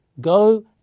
go